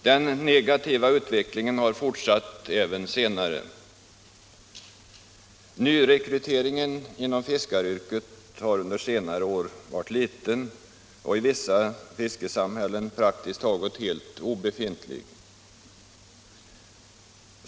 Den negativa utvecklingen har fortsatt även senare. Nyrekryteringen inom fiskaryrket har under senare år varit liten och i vissa fiskesamhällen praktiskt taget helt obefintlig.